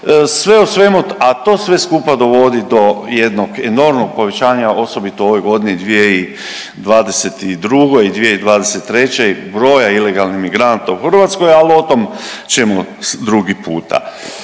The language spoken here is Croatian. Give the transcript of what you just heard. sve u svemu, a to sve skupa dovodi do jednog enormnog povećanja, osobito u ovoj godini 2022. i 2023. i broja ilegalnih migranata u Hrvatskoj. Al o tom ćemo drugi puta.